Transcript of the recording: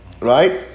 right